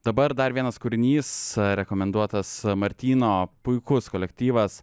dabar dar vienas kūrinys rekomenduotas martyno puikus kolektyvas